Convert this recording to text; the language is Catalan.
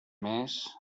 mes